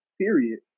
period